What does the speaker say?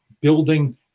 building